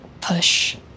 push